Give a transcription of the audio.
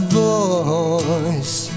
voice